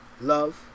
Love